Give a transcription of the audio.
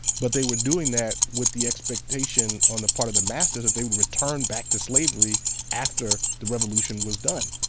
but they were doing that with the expectation on the part of their masters that they would return back to slavery after the revolution was done.